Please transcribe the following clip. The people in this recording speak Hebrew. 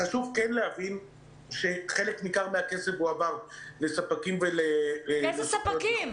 חשוב להבין שחלק ניכר מהכסף הועבר לספקים -- איזה ספקים?